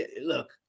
look